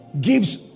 gives